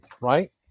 right